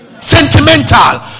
sentimental